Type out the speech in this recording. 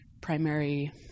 primary